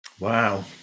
wow